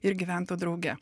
ir gyventų drauge